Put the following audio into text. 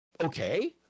okay